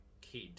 kid